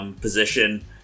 position